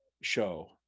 show